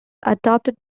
adopted